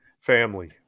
family